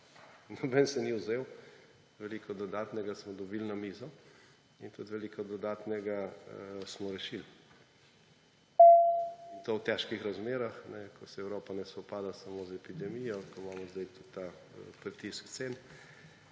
Nihče si ni vzel, veliko dodatnega smo dobili na mizo in tudi veliko dodatnega smo rešili. In to v težkih razmerah, ko se Evropa ne spopada samo z epidemijo, ko imamo zdaj tudi ta pritisk cen,